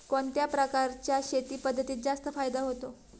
कोणत्या प्रकारच्या शेती पद्धतीत जास्त फायदा होतो?